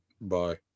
Bye